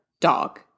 dog